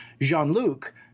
Jean-Luc